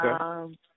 okay